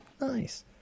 Nice